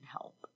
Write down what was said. help